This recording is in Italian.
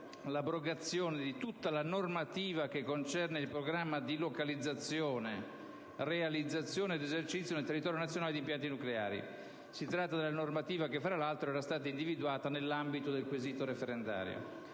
l'abrogazione di tutta la normativa concernente il programma di localizzazione, realizzazione ed esercizio nel territorio nazionale di impianti nucleari. Si tratta di una normativa che, fra l'altro, era stata individuata nell'ambito del quesito referendario.